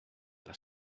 las